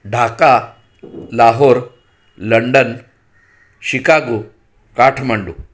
Dhaka Lahore London Chicago Kathmandu